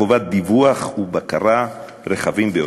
חובה של דיווח ובקרה רחבים ביותר.